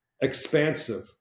expansive